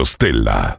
Stella